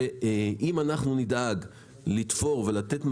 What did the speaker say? שאם אנחנו נדאג לתפור ולתת מענה,